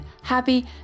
happy